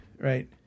Right